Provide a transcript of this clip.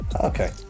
Okay